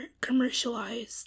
commercialized